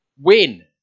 Win